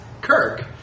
Kirk